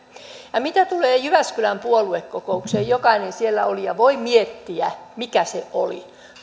mitä tulee jyväskylän puoluekokoukseen jokainen siellä olija voi miettiä mikä se oli